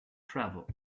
travel